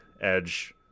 Edge